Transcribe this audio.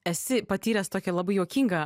esi patyręs tokią labai juokingą